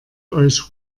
euch